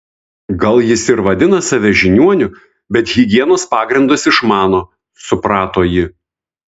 gal jis ir vadina save žiniuoniu bet higienos pagrindus išmano suprato ji